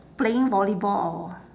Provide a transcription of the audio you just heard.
playing volleyball or